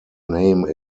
name